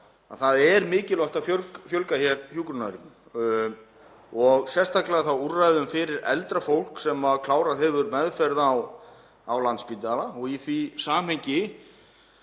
það er mikilvægt að fjölga hér hjúkrunarrýmum og þá sérstaklega úrræðum fyrir eldra fólk sem klárað hefur meðferð á Landspítala. Í því samhengi